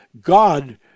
God